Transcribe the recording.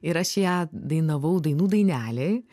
ir aš ją dainavau dainų dainelėj